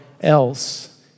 else